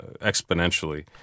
exponentially